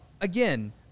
again